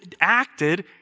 acted